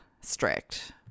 strict